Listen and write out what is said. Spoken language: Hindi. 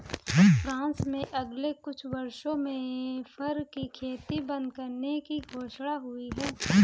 फ्रांस में अगले कुछ वर्षों में फर की खेती बंद करने की घोषणा हुई है